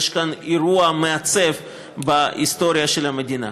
יש כאן אירוע מעצב בהיסטוריה של המדינה.